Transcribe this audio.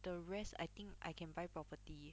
the rest I think I can buy property